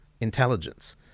intelligence